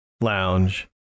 Lounge